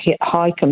high